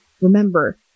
Remember